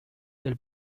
del